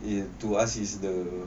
you to ask is the